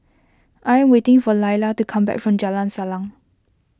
I am waiting for Laila to come back from Jalan Salang